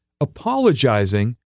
apologizing